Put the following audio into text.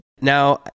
now